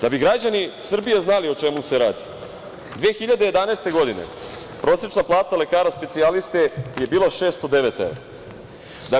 Da bi građani Srbije znali o čemu se radi 2011. godine prosečna lekara specijaliste je bila 609 evra.